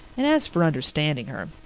and as for understanding her,